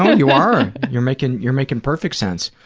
you are. you're making you're making perfect sense.